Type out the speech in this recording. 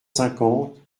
cinquante